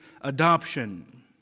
adoption